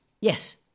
yes